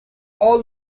all